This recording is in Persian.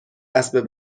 اسب